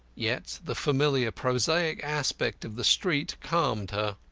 yet the familiar, prosaic aspect of the street calmed her.